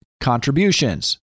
contributions